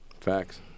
Facts